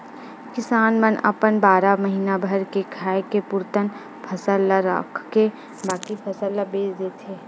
किसान मन अपन बारा महीना भर के खाए के पुरतन फसल ल राखके बाकी फसल ल बेच देथे